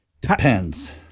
Depends